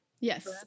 yes